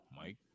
Mike